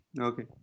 okay